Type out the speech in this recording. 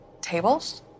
tables